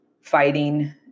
fighting